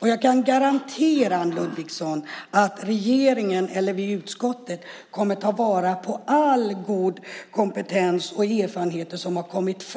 Jag kan garantera, Anne Ludvigsson, att regeringen och vi i utskottet kommer att ta vara på all god kompetens och på alla erfarenheter som framkommit